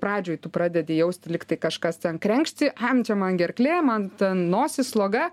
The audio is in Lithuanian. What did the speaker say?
pradžioj tu pradedi jausti lygtai kažkas ten krenkšti ai nu čia man gerklė man ten nosis sloga